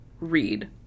read